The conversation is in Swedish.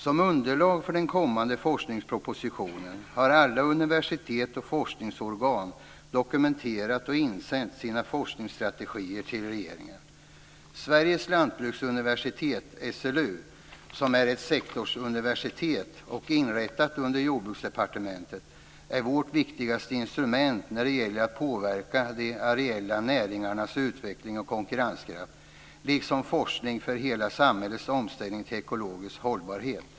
Som underlag för den kommande forskningspropositionen har alla universitet och forskningsorgan dokumenterat och insänt sina forskningsstrategier till regeringen. Sveriges lantbruksuniversitet, SLU, som är ett sektorsuniversitet och inrättat av Jordbruksdepartementet, är vårt viktigaste instrument när det gäller att påverka de areella näringarnas utveckling och konkurrenskraft liksom forskningen för hela samhällets omställning till ekologisk hållbarhet.